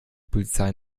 polizei